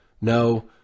no